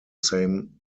same